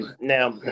Now